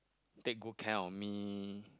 take good care of me